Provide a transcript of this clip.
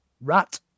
rat